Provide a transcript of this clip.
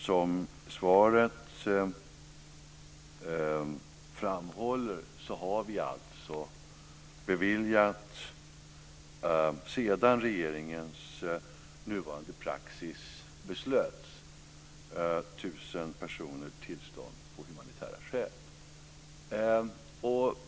Som framhålls i svaret har vi alltså sedan regeringens nuvarande praxis beslöts beviljat tusen personer tillstånd av humanitära skäl.